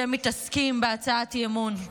אתם מתעסקים בהצעת אי-אמון.